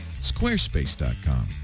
squarespace.com